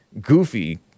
Goofy